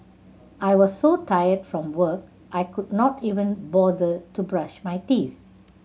I was so tired from work I could not even bother to brush my teeth